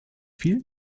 vielen